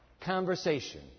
conversation